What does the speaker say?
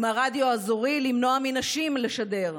או מהרדיו האזורי למנוע מנשים לשדר.